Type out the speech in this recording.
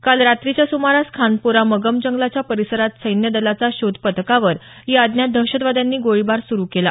काल रात्रीच्या सुमारास खानपोरा मगम जंगलाच्या परिसरात सैन्य दलाचा शोध पथकावर या अज्ञात दहशतवाद्यांनी गोळीबार सुरु केला